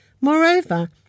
Moreover